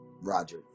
Roger